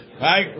right